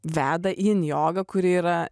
veda in jogą kuri yra